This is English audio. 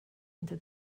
into